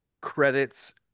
credits